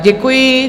Děkuji.